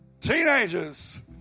teenagers